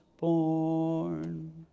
born